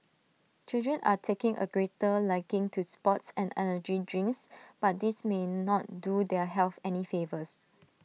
children are taking A greater liking to sports and energy drinks but these may not do their health any favours